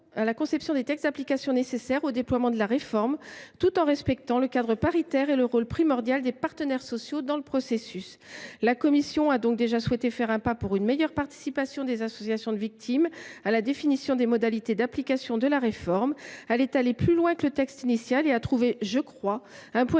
à la conception des textes d’application nécessaires au déploiement de la réforme, tout en respectant le cadre paritaire et le rôle primordial des partenaires sociaux dans le processus. La commission a donc souhaité faire un pas pour une meilleure participation des associations de victimes à la définition des modalités d’application de la réforme. Elle est allée plus loin que le texte initial et a trouvé, je pense, un point